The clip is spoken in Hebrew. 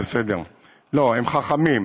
הם חכמים.